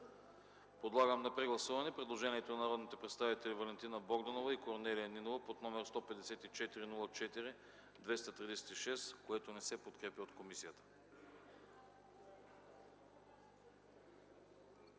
Подлагам на прегласуване предложението на народните представители Валентина Богданова и Корнелия Нинова под № 154-04-236, което не се подкрепя от комисията.